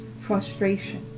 frustration